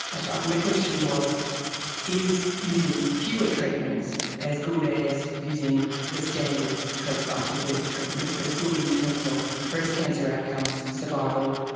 right. and the question was is using fewer treatments as good as using the standard twenty five to thirty treatments, as good in terms of breast cancer outcomes, survival,